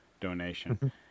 donation